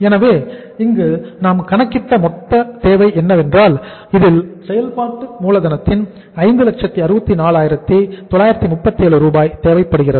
எனவே இங்கு நாம் கணக்கிட்ட மொத்த தேவை என்னவென்றால் இதில் செயல்பாட்டு மூலதனத்தின் 564937 ரூபாய் தேவைப்படுகிறது